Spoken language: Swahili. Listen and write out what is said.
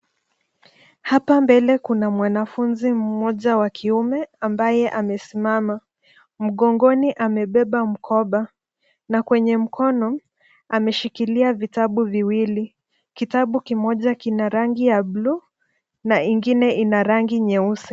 Hapa mbele kuna mwanafunzi mmoja wa kiume ambaye amesimama. Mgongoni amebeba mkoba, na kwenye mkono ameshikilia vitabu viwili. Kitabu kimoja kina rangi ya blue na ingine ina rangi nyeusi.